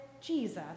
Jesus